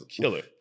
Killer